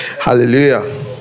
Hallelujah